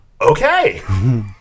Okay